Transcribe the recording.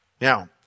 Now